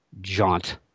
jaunt